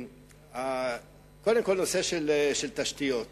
קודם כול נושא התשתיות.